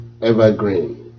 evergreen